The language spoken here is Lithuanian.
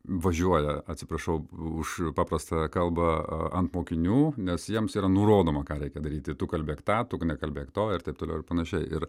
važiuoja atsiprašau už paprastą kalbą ant mokinių nes jiems yra nurodoma ką reikia daryt ir tu kalbėk tą tu nekalbėk to ir taip toliau ir panašiai ir